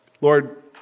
Lord